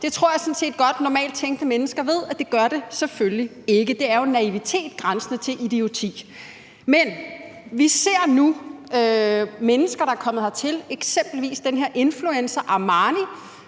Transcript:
Det tror jeg sådan set godt normalt tænkende mennesker ved at det selvfølgelig ikke gør. Det er jo en naivitet grænsende til idioti. Men vi ser nu mennesker, der er kommet hertil, eksempelvis den her influencer Ahmarni,